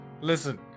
listen